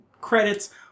credits